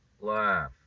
laugh